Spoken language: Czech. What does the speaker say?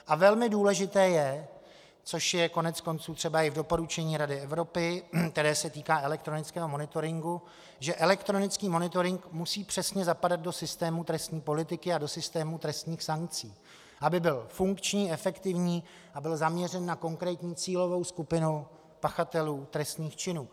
A velmi důležité je, což je koneckonců třeba i v doporučení Rady Evropy, které se týká elektronického monitoringu, že elektronický monitoring musí přesně zapadat do systému trestní politiky a do systému trestních sankcí, aby byl funkční, efektivní a byl zaměřen na konkrétní cílovou skupinu pachatelů trestných činů.